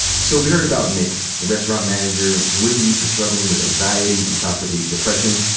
so we heard about nick, the restaurant manager who isn't used to struggling with anxiety and possibly depression.